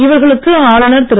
இவர்களுக்கு ஆளுநர் திரு